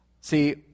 See